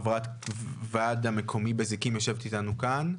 חברת הוועד המקומי בזיקים שיושבת אתנו כאן.